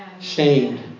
shamed